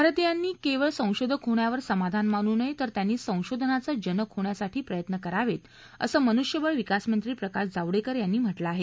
भारतीयांनी केवळ संशोधक होण्यावर समाधान मानू नये तर त्यांनी संशोधनाचं जनक होण्यासाठी प्रयत्न करावेत असं मनुष्यबळ विकासमंत्री प्रकाश जावडेकर यांनी म्हटलं आहे